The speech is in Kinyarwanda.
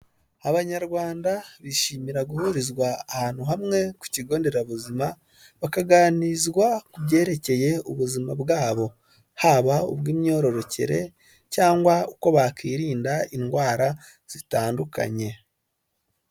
Abanyarwanda bishimira guhurizwa ahantu hamwe ku kigonderabuzima bakaganizwa ku byerekeye ubuzima bwabo haba ubw'imyororokere cyangwa uko bakwinda indwara zitandukanye.